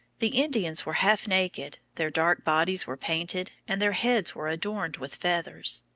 the indians were half naked their dark bodies were painted, and their heads were adorned with feathers.